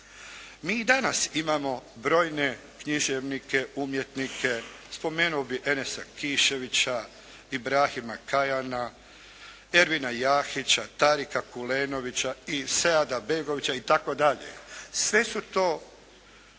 i danas imamo brojne književnike, umjetnike. Spomenuo bih Enesa Kiševića, Ibrahima Kajana, Ervina Jahića, Tarika Kulenovića i Seada Begovića itd. Sve su to